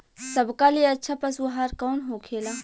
सबका ले अच्छा पशु आहार कवन होखेला?